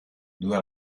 due